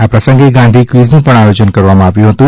આ પ્રસંગે ગાંધી ક્વીઝ નું પણ આયોજન કરવામાં આવ્યું હતું